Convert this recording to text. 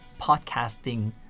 podcasting